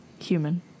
Human